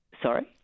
Sorry